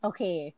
Okay